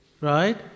right